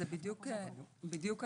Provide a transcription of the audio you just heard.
זאת בדיוק הנקודה,